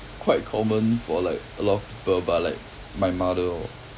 quite common for like a lot of people but like my mother oh